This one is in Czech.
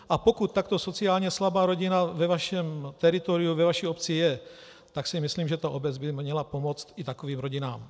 A pokud takto sociálně slabá rodina ve vašem teritoriu, ve vaší obci je, tak si myslím, že obec by měla pomoct i takovým rodinám.